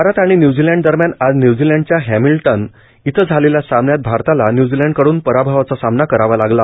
भारत आणि न्यूझिलंड दरम्यान आज न्यूझिलंडच्या हँमिल्टन इथं झालेल्या सामन्यात भारताला न्य्झिलंडकड्न पराभवाचा सामना करावा लागला